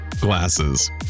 glasses